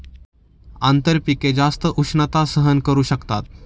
आंतरपिके जास्त उष्णता सहन करू शकतात